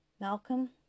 Malcolm